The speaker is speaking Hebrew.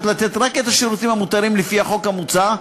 לתת רק את השירותים המותרים לפי החוק המוצע,